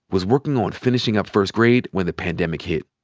was working on finishing up first grade when the pandemic hit.